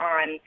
on